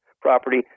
property